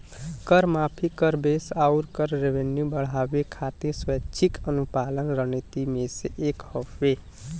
कर माफी, कर बेस आउर कर रेवेन्यू बढ़ावे खातिर स्वैच्छिक अनुपालन रणनीति में से एक हौ